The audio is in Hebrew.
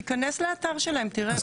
תיכנס לאתר שלהם תראה.